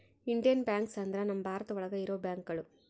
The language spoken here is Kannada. ಇಂಡಿಯನ್ ಬ್ಯಾಂಕ್ಸ್ ಅಂದ್ರ ನಮ್ ಭಾರತ ಒಳಗ ಇರೋ ಬ್ಯಾಂಕ್ಗಳು